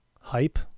hype